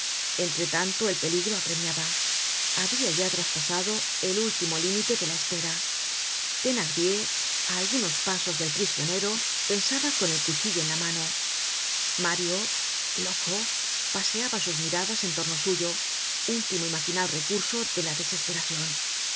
entre tanto el peligro apremiaba habia ya traspasado el último límite de la espera thenar dier á algunos pasos del prisionero pensaba con el cuchillo en la mano content from google book search generated at mario loco paseaba sus miradas en torno suyo último y maquinal recurso de la desesperacion